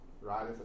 right